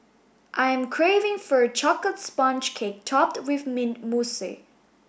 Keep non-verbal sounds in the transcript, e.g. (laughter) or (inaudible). I am craving for a chocolate sponge cake topped with mint (unintelligible)